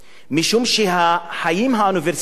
משום שהחיים האוניברסיטאיים